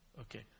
Okay